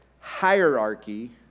hierarchy